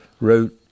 wrote